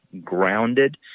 grounded